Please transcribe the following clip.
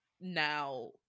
now